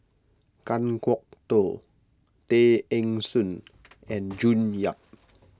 Kan Kwok Toh Tay Eng Soon and June Yap